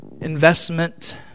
investment